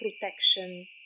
protection